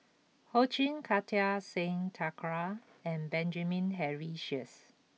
Ho Ching Kartar Singh Thakral and Benjamin Henry Sheares